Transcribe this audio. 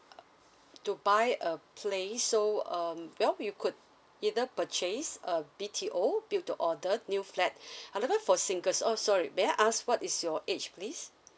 to buy a place so um well you could either purchase a B_T_O build to order new flat I don't know for singles oh sorry may I ask what is your age please